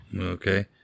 Okay